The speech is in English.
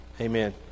Amen